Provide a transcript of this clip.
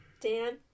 Dan